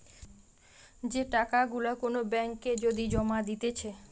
যে টাকা গুলা কোন ব্যাঙ্ক এ যদি জমা দিতেছে